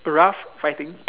rough fighting